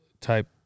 type